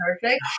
perfect